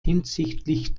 hinsichtlich